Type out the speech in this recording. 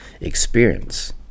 experience